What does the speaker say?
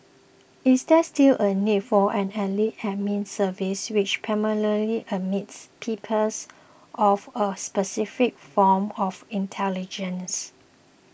is there still a need for an elite Admin Service which primarily admits peoples of a specific form of intelligence